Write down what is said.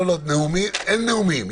לא, אין נאומים.